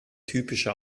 typischer